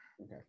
Okay